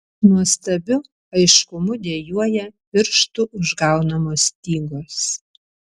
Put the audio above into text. nuostabiu aiškumu dejuoja pirštų užgaunamos stygos